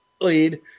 lead